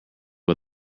but